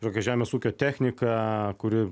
kažkokio žemės ūkio techniką kuri